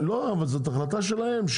לא אבל זאת החלטה שלהם,